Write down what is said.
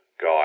guy